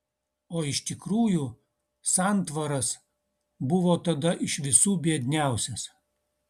o iš tikrųjų santvaras buvo tada iš visų biedniausias